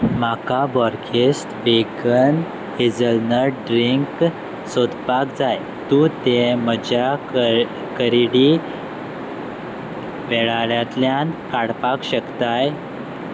म्हाका बॉर्गेस्त vegan hazelnut drink सोदपाक जाय तूं तें म्हज्या करेडी वळेरेंतल्यान काडपाक शकताय